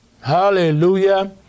Hallelujah